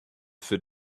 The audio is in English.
fit